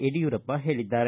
ಯಡಿಯೂರಪ್ಪ ಹೇಳಿದ್ದಾರೆ